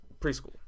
preschool